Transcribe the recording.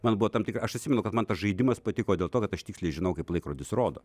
man buvo tam tikra aš atsimenu kad man tas žaidimas patiko dėl to kad aš tiksliai žinau kaip laikrodis rodo